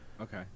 Okay